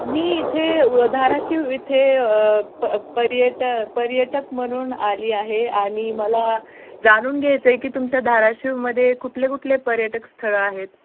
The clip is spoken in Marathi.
मी इथे धाराशिव इथे प पर्यट पर्यटक म्हणून आली आहे आणि मला जाणून घ्यायचं आहे की तुमच्या धाराशिवमध्ये कुठले कुठले पर्यटक स्थळं आहेत